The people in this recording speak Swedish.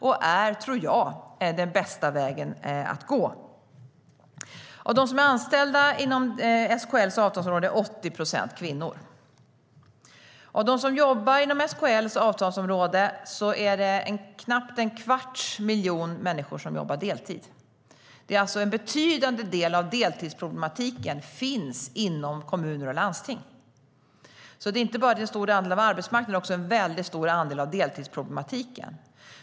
Det är, tror jag, den bästa vägen att gå. Av dem som är anställda inom SKL:s avtalsområde är 80 procent kvinnor. Av dem som jobbar inom SKL:s avtalsområde är det knappt en kvarts miljon människor som jobbar deltid. En betydande del av deltidsproblematiken finns alltså inom kommuner och landsting. Det är inte bara en stor del av arbetsmarknaden utan också en väldigt stor andel av deltidsproblematiken.